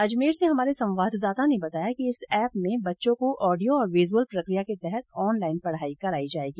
अजमेर से हमारे संवाददाता ने बताया कि इस ऐप में बच्चों को ऑडियो और विज़ुअल प्रक्रिया के तहत ऑनलाइन पढ़ाई कराई जाएगी